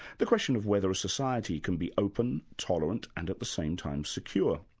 the question of whether a society can be open, tolerant and at the same time secure.